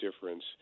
difference